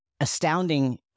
astounding